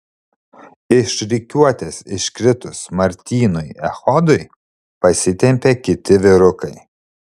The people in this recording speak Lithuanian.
iš rikiuotės iškritus martynui echodui pasitempė kiti vyrukai